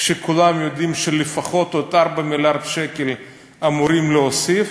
כשכולם יודעים שלפחות עוד 4 מיליארד שקל אמורים להוסיף.